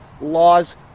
laws